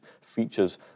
features